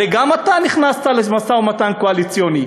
הרי גם אתה נכנסת לאיזה משא-ומתן קואליציוני.